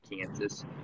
Kansas